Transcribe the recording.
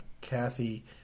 Kathy